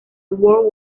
world